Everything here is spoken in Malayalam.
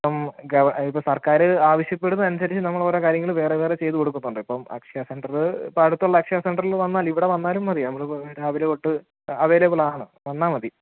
അപ്പം ഗവ ഇപ്പോൾ സർക്കാർ ആവശ്യപ്പെടുന്നതനുസരിച്ച് നമ്മൾ ഓരോ കാര്യങ്ങൾ വേറെ വേറെ ചെയ്ത് കൊടുക്കുന്നുണ്ട് ഇപ്പം അക്ഷയ സെൻറ്ററ് ഇപ്പോൾ അടുത്തുള്ള അക്ഷയ സെൻറ്ററിൽ വന്നാലും ഇവിടെ വന്നാലും മതി നമുക്ക് രാവിലെ തൊട്ട് അവൈലബിളാണ് വന്നാൽ മതി